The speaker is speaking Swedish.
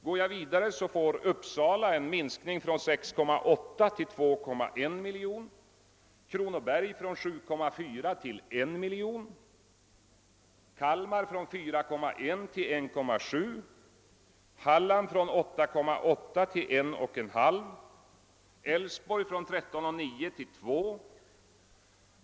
Uppsala län får en minskning från 6,8 till 2,1 miljoner, Kronobergs län från 7,4 miljoner till 1 miljon, Kalmar län från 4,1 till 1,7 miljoner, Hallands län från 8,8 till 1,5 miljoner och Älvsborgs län från 13,9 till 2 miljoner kronor.